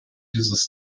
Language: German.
dieses